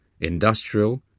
industrial